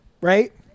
right